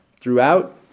throughout